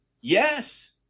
Yes